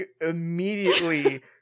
immediately